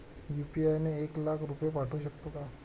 UPI ने एक लाख रुपये पाठवू शकतो का?